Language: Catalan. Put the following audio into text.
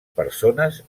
persones